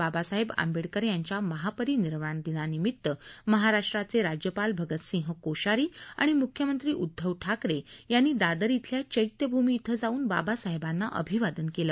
बाबासाहेब आंबेडकर यांच्या महापरिनिर्वाण दिनानिमित्त महाराष्ट्राचे राज्यपाल भगतसिंह कोश्यारी आणि मुख्यमंत्री उद्धव ठाकरे यांनी दादर इथल्या चैत्यभूमी इथं जाऊन बाबासाहेबांना अभिवादन केलं